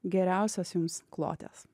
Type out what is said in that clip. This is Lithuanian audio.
geriausios jums kloties